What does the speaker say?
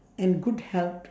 and good health